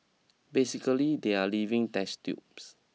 basically they are living test tubes